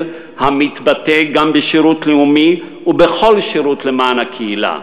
המתבטא גם בשירות לאומי ובכל שירות למען הקהילה.